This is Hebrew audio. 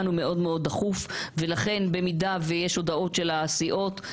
הוא מאוד מאוד דחוף ולכן במידה שיש הודעות של הסיעות,